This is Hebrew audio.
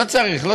לא צריך.